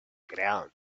ground